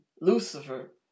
Lucifer